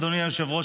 אדוני היושב-ראש,